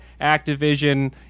activision